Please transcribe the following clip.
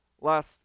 Last